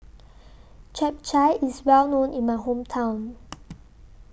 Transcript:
Chap Chai IS Well known in My Hometown